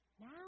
Now